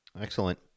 Excellent